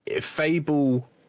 Fable